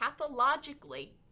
pathologically